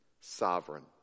sovereign